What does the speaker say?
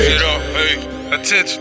Attention